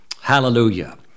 Hallelujah